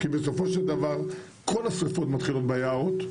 כי בסופו של דבר כל השריפות מתחילות ביערות,